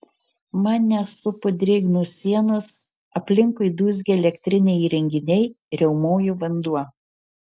mane supo drėgnos sienos aplinkui dūzgė elektriniai įrenginiai riaumojo vanduo